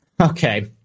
Okay